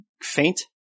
faint